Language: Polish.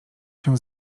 się